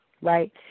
right